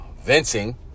Venting